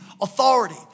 authority